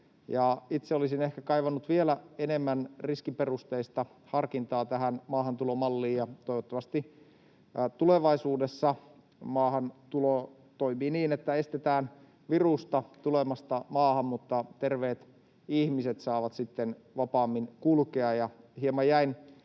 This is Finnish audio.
Itse olisin ehkä kaivannut vielä enemmän riskiperusteista harkintaa tähän maahantulomalliin, ja toivottavasti tulevaisuudessa maahantulo toimii niin, että estetään virusta tulemasta maahan mutta terveet ihmiset saavat sitten vapaammin kulkea.